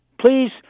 please